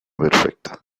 perfecta